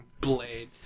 Blade